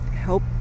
Help